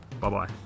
Bye-bye